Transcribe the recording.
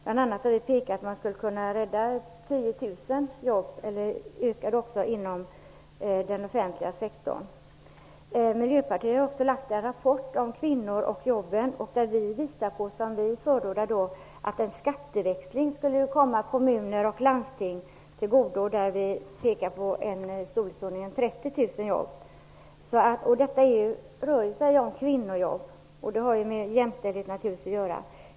Bl.a. har vi pekat på att man skulle kunna rädda 10 000 jobb inom den offentliga sektorn. Miljöpartiet har också lagt fram en rapport om kvinnor och jobben. I den förordar vi att en skatteväxling skulle komma kommuner och landsting till godo. Vi talar om en storleksordning på 30 000 jobb. Detta rör sig om kvinnojobb, och det har naturligtvis med jämställdheten att göra.